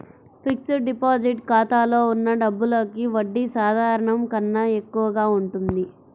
fixed deposit ఖాతాలో ఉన్న డబ్బులకి వడ్డీ సాధారణం కన్నా ఎక్కువగా ఉంటుంది